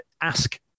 ask